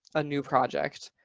a new project,